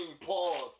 pause